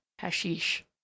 hashish